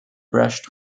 brest